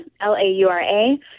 L-A-U-R-A